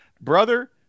brother